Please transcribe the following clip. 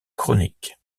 chronique